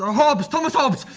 ah hobbes! thomas hobbes!